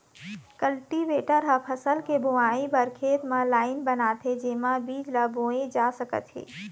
cultivator ह फसल के बोवई बर खेत म लाईन बनाथे जेमा बीज ल बोए जा सकत हे